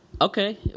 Okay